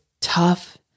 tough